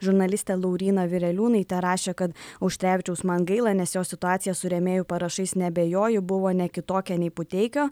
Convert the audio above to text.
žurnalistė lauryna vireliūnaitė rašė kad auštrevičiaus man gaila nes jo situacija su rėmėjų parašais neabejoju buvo ne kitokia nei puteikio